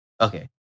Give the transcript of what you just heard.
Okay